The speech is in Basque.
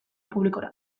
publikora